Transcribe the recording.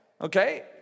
okay